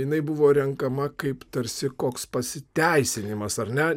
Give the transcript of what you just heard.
jinai buvo renkama kaip tarsi koks pasiteisinimas ar ne